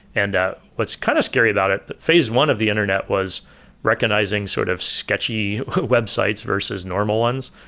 and what's kind of scary about it, phase one of the internet was recognizing sort of sketchy websites versus normal ones.